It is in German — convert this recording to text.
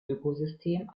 ökosystem